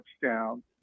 touchdown